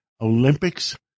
Olympics